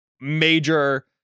major